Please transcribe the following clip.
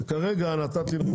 אז נדון בזה.